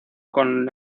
con